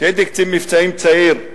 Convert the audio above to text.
כשהייתי קצין מבצעים צעיר,